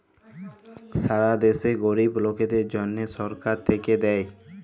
ছারা দ্যাশে গরিব লকদের জ্যনহ ছরকার থ্যাইকে দ্যায়